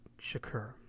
Shakur